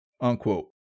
unquote